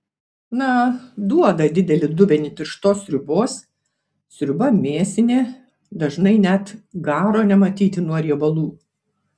na duoda didelį dubenį tirštos sriubos sriuba mėsinė dažnai net garo nematyti nuo riebalų